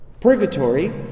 Purgatory